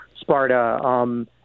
Sparta